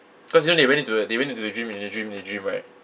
cause you know they went into a they went into the dream in a dream in a dream right